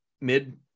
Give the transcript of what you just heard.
mid